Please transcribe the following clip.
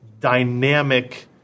dynamic